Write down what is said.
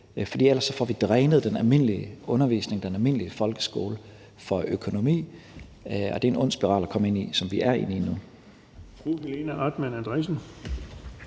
for ellers får vi drænet den almindelige undervisning, den almindelige folkeskole for økonomi, og det er en ond spiral at komme ind i, men som vi er i lige nu.